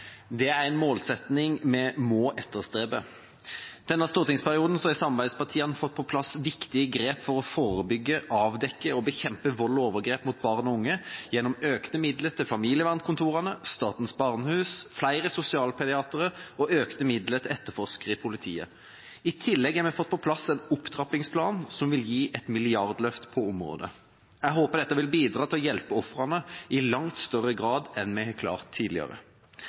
Det er en målsetting vi må etterstrebe. I denne stortingsperioden har samarbeidspartiene fått på plass viktige grep for å forebygge, avdekke og bekjempe vold og overgrep mot barn og unge, gjennom økte midler til familievernkontorene, Statens barnehus, flere sosialpediatere og økte midler til etterforskere i politiet. I tillegg har vi fått på plass en opptrappingsplan som vil gi et milliardløft på området. Jeg håper dette vil bidra til å hjelpe ofrene i langt større grad enn vi har klart tidligere.